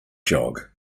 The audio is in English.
jog